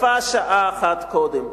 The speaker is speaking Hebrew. ויפה שעה אחת קודם,